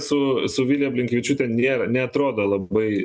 su su vilija blinkevičiūte nėra neatrodo labai